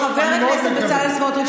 חבר הכנסת בצלאל סמוטריץ',